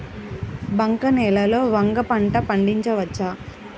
బంక నేలలో వంగ పంట పండించవచ్చా?